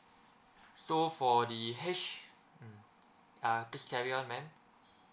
so for the H mm uh please carry on ma'am